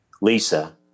Lisa